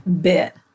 bit